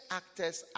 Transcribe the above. actors